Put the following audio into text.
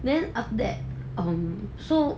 then after um so